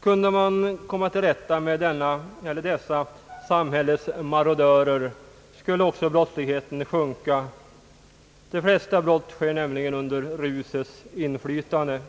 Kunde man komma till rätta med dessa samhällets marodörer skulle ock så brottsligheten sjunka — de flesta brott sker nämligen under rusets inflytande.